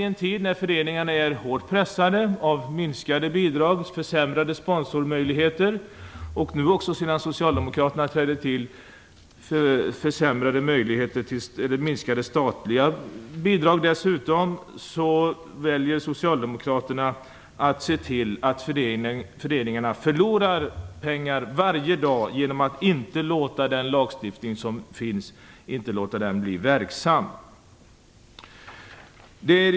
I en tid när föreningarna är hårt pressade av minskade bidrag, försämrade sponsormöjligheter och, sedan Socialdemokraterna övertog regeringsmakten, dessutom minskade statliga bidrag, väljer Socialdemokraterna i stället att se till att föreningarna förlorar pengar varje dag genom att inte låta den lagstiftning som finns bli verksam.